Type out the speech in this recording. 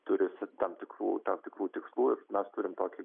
turi tam tikrų tam tikrų tikslų ir mes turim tokį